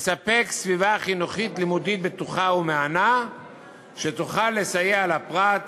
לספק סביבה חינוכית-לימודית בטוחה ומהנה שתוכל לסייע לפרט